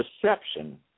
Perception